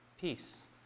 peace